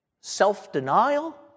self-denial